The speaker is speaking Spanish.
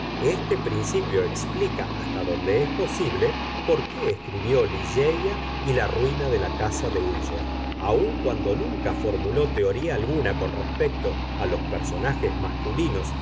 este principio explica hasta donde es posible por qué escribió ligeia y la ruina de la casa de úsher aun cuando nunca formuló teoría alguna con respecto a los personajes masculinos